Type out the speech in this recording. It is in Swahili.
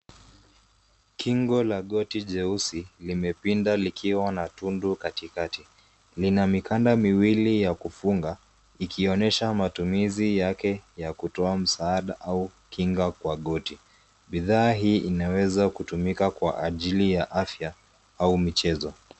Kingo la goti jeusi limepinda likiwa na tundu katikati lina mikanda miwili ya kufunga ikionyesha matumizi yake ya kutoa msaada au kinga kwa goti. Bidhaa hii inaweza kutumika kwa ajili ya afya au michezo.